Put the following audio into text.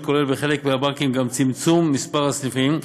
תהליך ההתייעלות כולל בחלק מהבנקים גם צמצום מספר הסניפים,